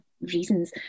reasons